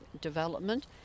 development